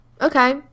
Okay